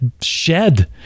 shed